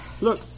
Look